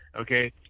Okay